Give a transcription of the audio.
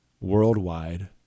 worldwide